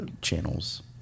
channels